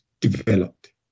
developed